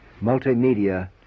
multimedia